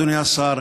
אדוני השר,